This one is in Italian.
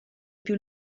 più